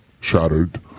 shattered